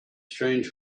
strange